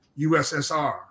USSR